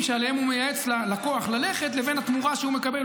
שעליהם הוא מייעץ ללקוח ללכת לתמורה שהוא מקבל.